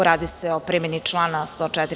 Radi se o primeni člana 104.